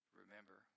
remember